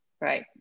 Right